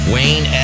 Wayne